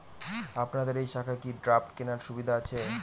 আপনাদের এই শাখায় কি ড্রাফট কেনার সুবিধা আছে?